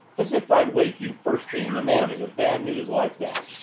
as if i'd wake you first thing in the morning with bad news like that!